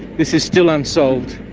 this is still unsolved,